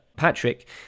Patrick